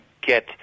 get